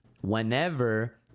whenever